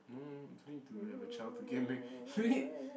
no I'm trying to have a child to begin with